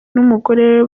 n’umugore